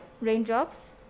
Raindrops